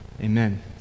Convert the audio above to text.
Amen